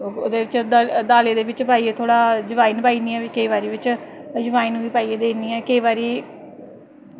दाली दे बिच पाइयै थोह्ड़ा ज्वाइन पाई ओड़नी आं केईं बारी बिच अजवाइन बी पाइयै देई ओड़नी आं केईं बारी